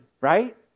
right